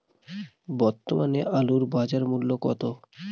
বর্তমানে আলুর বাজার মূল্য কত?